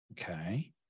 Okay